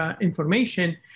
information